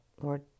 Lord